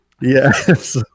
yes